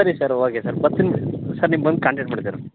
ಸರಿ sir okay sir ಬರ್ತಿನಿ ಬಿಡಿ ಸರ್ ನಿಮ್ದೊಂದು ಕಾಂಟ್ಯಾಕ್ಟ್ ಕೊಡಿ ಸರ್